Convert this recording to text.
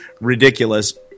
ridiculous